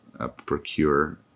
procure